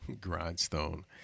Grindstone